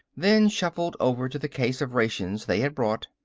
then shuffled over to the case of rations they had brought.